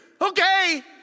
Okay